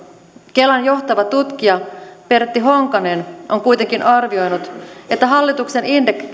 kelan johtava tutkija pertti honkanen on kuitenkin arvioinut että hallituksen